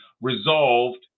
resolved